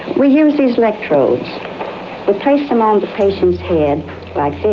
we use these electrodes. we place them on the patient's head like